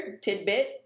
tidbit